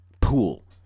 pool